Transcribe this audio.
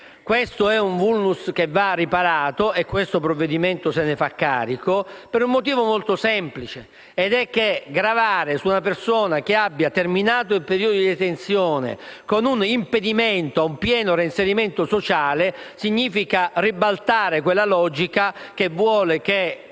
Questo è un *vulnus* che va riparato - e questo provvedimento se ne fa carico - per un motivo molto semplice: gravare su una persona che abbia terminato il periodo di detenzione con un impedimento a un pieno reinserimento sociale significa ribaltare quella logica che vuole che